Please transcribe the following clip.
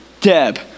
Deb